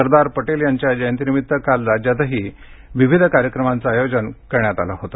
सरदार पटेल यांच्या जयंतीनिमित्त काल राज्यातही विविध कार्यक्रमांच आयोजन करण्यात आलं होतं